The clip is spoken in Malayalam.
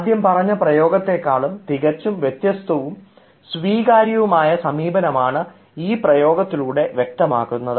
ആദ്യം പറഞ്ഞ പ്രയോഗത്തെകാളും തികച്ചും വ്യത്യസ്തവും സ്വീകാര്യവുമായ സമീപനമാണ് ഈ പ്രയോഗത്തിലൂടെ വ്യക്തമാക്കുന്നത്